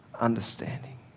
understanding